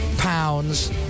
Pounds